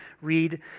read